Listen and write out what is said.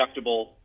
deductible